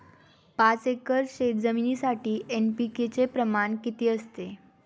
पाच एकर शेतजमिनीसाठी एन.पी.के चे प्रमाण किती असते?